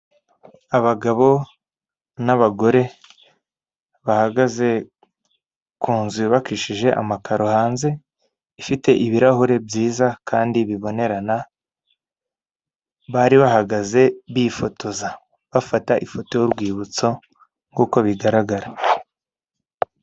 Abagabo n'abagore bahagaze ku nzu yubakishije amakaro hanze ifite ibirahure byiza kandi bibonerana bari bahagaze bifotoza bafata ifoto y'urwibutso nk'uko bigaragara.